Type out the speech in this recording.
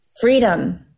Freedom